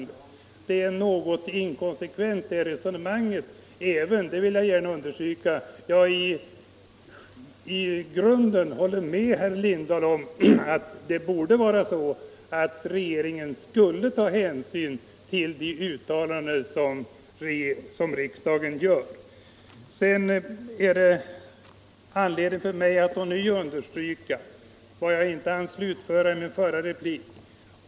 Det resonemanget är något inkonsekvent, även om jag gärna vill understryka att jag i grunden håller med herr Lindahl om att det bör vara så att regeringen skall ta hänsyn till de uttalanden som riksdagen gör. Det finns anledning för mig att ånyo understryka ett resonemang som jag inte hann slutföra i min förra replik.